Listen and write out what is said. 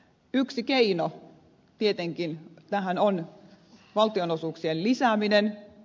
yksi keino tietenkin tähän on valtionosuuksien lisääminen